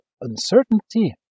uncertainty